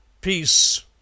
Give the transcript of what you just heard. Peace